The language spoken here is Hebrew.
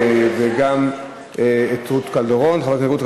אילטוב וגם את חברת הכנסת רות קלדרון.